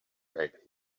back